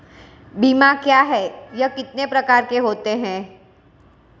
बीमा क्या है यह कितने प्रकार के होते हैं?